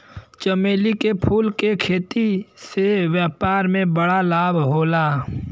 चमेली के फूल के खेती से व्यापार में बड़ा लाभ होला